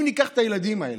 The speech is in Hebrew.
אם ניקח את הילדים האלה,